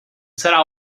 serà